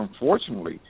unfortunately